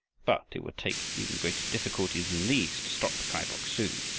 but it would take even greater difficulties than these to stop kai bok-su,